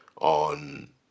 on